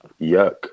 Yuck